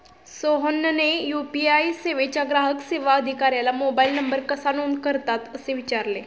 सोहनने यू.पी.आय सेवेच्या ग्राहक सेवा अधिकाऱ्याला मोबाइल नंबर कसा नोंद करतात असे विचारले